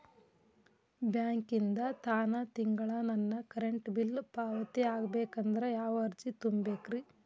ಬ್ಯಾಂಕಿಂದ ತಾನ ತಿಂಗಳಾ ನನ್ನ ಕರೆಂಟ್ ಬಿಲ್ ಪಾವತಿ ಆಗ್ಬೇಕಂದ್ರ ಯಾವ ಅರ್ಜಿ ತುಂಬೇಕ್ರಿ?